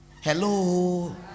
hello